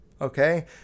Okay